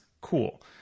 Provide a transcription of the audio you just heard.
cool